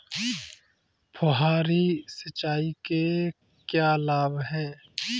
फुहारी सिंचाई के क्या लाभ हैं?